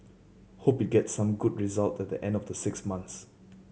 hope it gets some good result at the end of the six months